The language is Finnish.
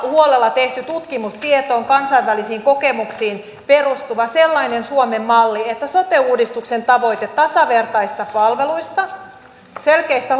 huolella tehty tutkimustietoon kansainvälisiin kokemuksiin perustuva sellainen suomen malli että sote uudistuksen tavoitteista tasavertaisista palveluista selkeistä